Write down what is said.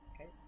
Okay